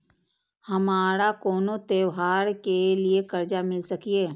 हमारा कोनो त्योहार के लिए कर्जा मिल सकीये?